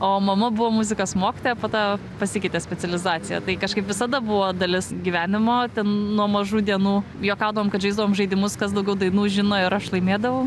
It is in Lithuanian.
o mama buvo muzikos mokytoja po to pasikeitė specializaciją tai kažkaip visada buvo dalis gyvenimo ten nuo mažų dienų juokaudavom kad žaisdavom žaidimus kas daugiau dainų žino ir aš laimėdavau